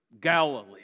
Galilee